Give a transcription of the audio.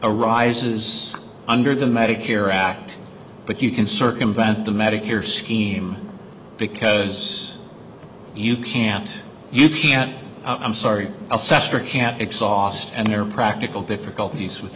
arises under the medicare act but you can circumvent the medicare scheme because you can't you can't i'm sorry can't exhaust and there are practical difficulties with